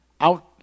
out